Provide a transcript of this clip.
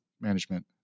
management